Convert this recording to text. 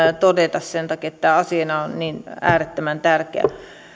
todeta sen takia että tämä asiana on niin äärettömän tärkeä